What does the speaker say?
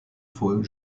faut